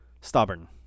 Stubborn